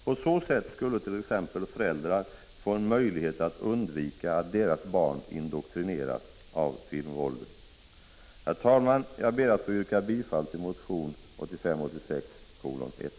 På så sätt skulle t.ex. föräldrar få en möjlighet att undvika att deras barn indoktrineras av filmvåldet. Herr talman! Jag ber att få yrka bifall till motion 1985/86:1.